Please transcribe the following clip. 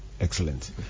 excellent